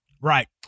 Right